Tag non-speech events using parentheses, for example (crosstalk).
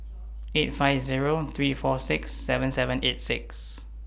(noise) eight five Zero three four six seven seven eight six